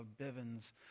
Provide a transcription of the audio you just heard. Bivens